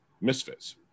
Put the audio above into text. misfits